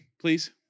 please